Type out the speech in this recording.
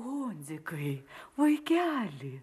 hondzikai vaikeli